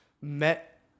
Met